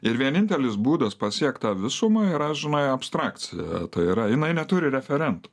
ir vienintelis būdas pasiekt tą visumą yra žinai abstrakcija tai yra jinai neturi referento